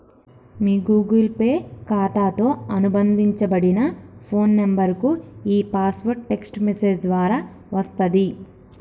మీ Google Pay ఖాతాతో అనుబంధించబడిన phone నంబర్కు ఈ పాస్వర్డ్ టెక్ట్స్ మెసేజ్ ద్వారా వస్తది